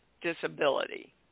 disability